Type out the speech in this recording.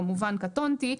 כמובן קטונתי.